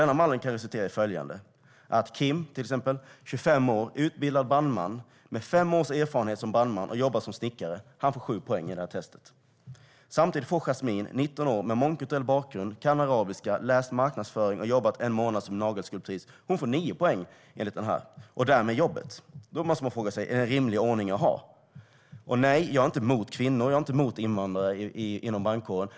Denna mall kan resultera i följande: Kim, 25 år, som är utbildad brandman, har fem års erfarenhet som brandman och har jobbat som snickare, får sju poäng i testet. Samtidigt får Jasmine, 19 år, som har mångkulturell bakgrund, kan arabiska, har läst marknadsföring och har jobbat en månad som nagelskulptris, nio poäng och därmed jobbet. Då måste man fråga sig: Är detta en rimlig ordning att ha? Nej, jag är inte emot kvinnor eller invandrare inom brandkåren.